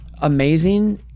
amazing